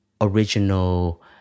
original